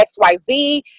xyz